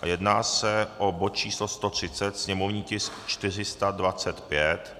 Jedná se o bod číslo 130, sněmovní tisk 425.